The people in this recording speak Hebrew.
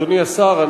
אדוני השר,